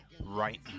right